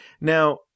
now